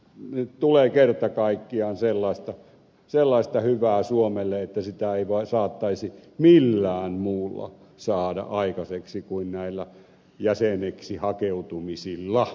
nyt tulee kerta kaikkiaan sellaista hyvää suomelle että sitä ei saattaisi millään muulla saada aikaiseksi kuin näillä jäseneksi hakeutumisilla